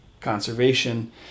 Conservation